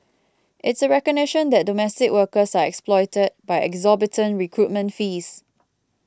it's a recognition that domestic workers are exploited by exorbitant recruitment fees